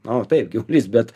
nu taip gyvulys bet